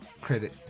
Credit